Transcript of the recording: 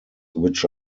which